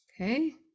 Okay